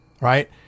right